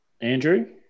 Andrew